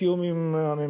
בתיאום עם הממשלה,